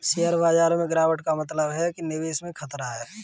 share बाजार में गिराबट का मतलब है कि निवेश में खतरा है